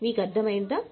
మీకు అర్థమైందా